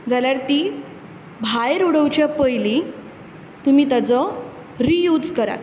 जाल्यार ती भायर उडोवच्या पयलीं तुमी ताजो रियूज करात